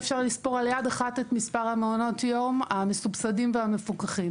אפשר לספור על יד אחת את מספר מעונות יום המסובסדים והמפוקחים.